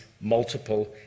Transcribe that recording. multiple